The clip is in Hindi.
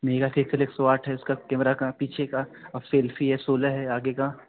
मेगापिक्सेल एक सौ आठ है इसका केमरा का पीछे का अब सेल्फ़ी है सोलह है आगे का